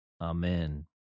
Amen